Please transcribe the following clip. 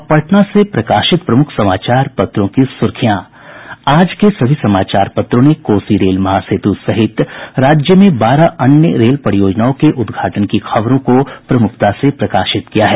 अब पटना से प्रकाशित प्रमुख समाचार पत्रों की सूर्खियां आज के सभी समाचार पत्रों ने कोसी रेल महासेतु सहित राज्य में बारह अन्य रेल परियोजनाओं के उद्घाटन की खबरों को प्रमुखता से प्रकाशित किया है